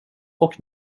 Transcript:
och